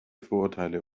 vorurteile